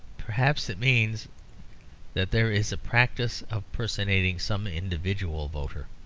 perhaps it means that there is a practice of personating some individual voter.